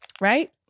Right